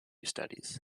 studies